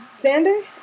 Xander